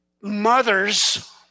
mothers